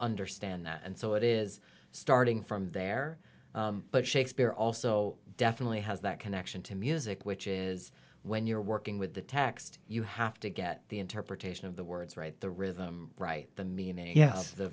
understand that and so it is starting from there but shakespeare also definitely has that connection to music which is when you're working with the text you have to get the interpretation of the words right the rhythm right the mea